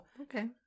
Okay